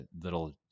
little